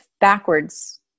backwards